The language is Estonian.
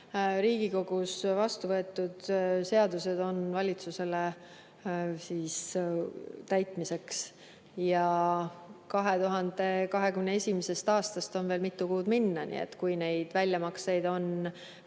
Riigikogus vastuvõetud seadused on valitsusele täitmiseks. 2021. aastast on veel mitu kuud minna. Nii et kui neid väljamakseid on